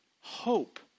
hope